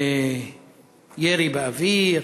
ירי באוויר,